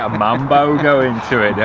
ah mambo going into it yeah